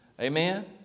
Amen